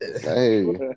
Hey